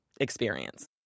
experience